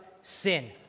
sin